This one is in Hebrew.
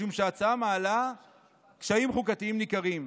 משום שההצעה מעלה קשיים חוקתיים ניכרים.